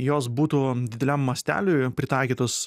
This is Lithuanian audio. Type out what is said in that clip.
jos būtų dideliam masteliui pritaikytos